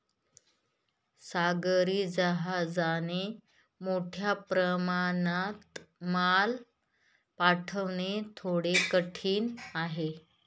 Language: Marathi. सागरी जहाजाने मोठ्या प्रमाणात माल पाठवणे थोडे कठीण आहे